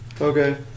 Okay